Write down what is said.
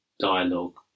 Dialogue